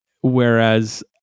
whereas